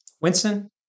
Winston